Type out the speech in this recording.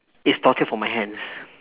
it's torture for my hands